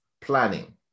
planning